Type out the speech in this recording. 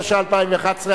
התשע"א 2011,